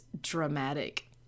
dramatic